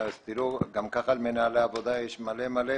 גם כך על מנהלי העבודה יש המון מטלות,